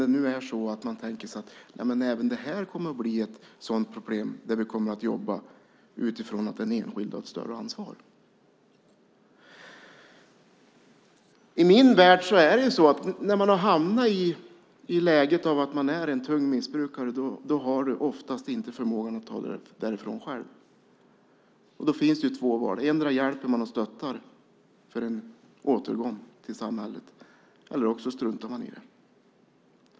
Tänker man sig kanske att även detta kommer att bli ett problem där vi kommer att jobba utifrån att den enskilde har ett större ansvar? I min värld är det så att när man har hamnat i läget att man är en tung missbrukare har man oftast inte förmågan att ta sig upp därifrån själv. Då finns det två saker att välja på: Endera hjälper man och stöttar för en återgång till samhället eller också struntar man i det.